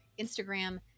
Instagram